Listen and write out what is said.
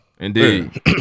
Indeed